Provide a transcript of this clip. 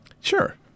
Sure